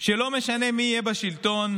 שלא משנה מי יהיה בה בשלטון,